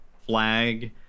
flag